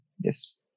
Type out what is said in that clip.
Yes